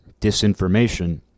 disinformation